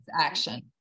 action